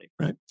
right